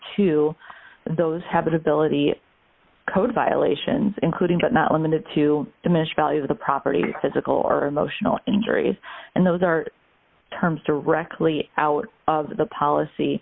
to those habitability code violations including but not limited to diminish value of the property physical or emotional injury and those are terms directly out of the policy